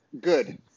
Good